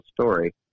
story